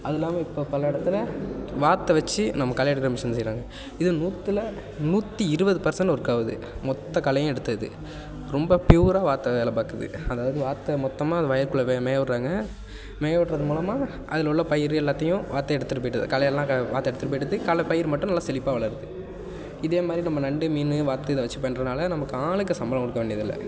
அதில்லாமல் இப்போ பல இடத்துல வாத்தை வச்சு நமக்கு களை எடுக்கிற மிஷின் செய்கிறாங்க இது நூற்றுல நூற்றி இருபது பெர்சன்ட் ஒர்க் ஆகுது மொத்த களையையும் எடுத்துடுது ரொம்ப பூயூராக வாத்து வேலை பார்க்குது அதாவது வாத்தை மொத்தமாக அந்த வயலுக்குள்ள மேயவிடுறாங்க மேயவிடுறது மூலமாக அதில் உள்ள பயிர் வாத்து எடுத்துகிட்டு போய்டுது களையெல்லாம் வாத்து எடுத்துகிட்டு போய்டுது களை பயிர் மட்டும் நல்லா செழிப்பாக வளருது இதேமாதிரி நம்ம நண்டு மீன் வாத்து இதை வச்சி பண்றதுனால நமக்கு ஆளுக்கு சம்பளம் கொடுக்க வேண்டியதில்லை